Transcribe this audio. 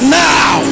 now